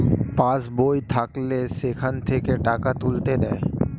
pass বই থাকলে সেখান থেকে টাকা তুলতে দেয়